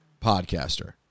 podcaster